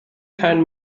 keinen